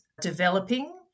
developing